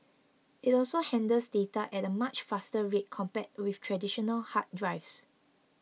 it also handles data at a much faster rate compared with traditional hard drives